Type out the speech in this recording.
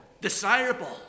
desirable